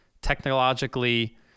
technologically